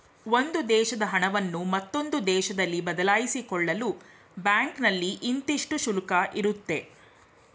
ಒಂದು ದೇಶದ ಹಣವನ್ನು ಮತ್ತೊಂದು ದೇಶದಲ್ಲಿ ಬದಲಾಯಿಸಿಕೊಳ್ಳಲು ಬ್ಯಾಂಕ್ನಲ್ಲಿ ಇಂತಿಷ್ಟು ಶುಲ್ಕ ಇರುತ್ತೆ